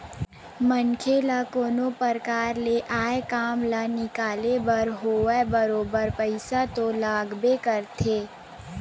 मनखे ल कोनो परकार ले आय काम ल निकाले बर होवय बरोबर पइसा तो लागबे करथे